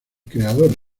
creador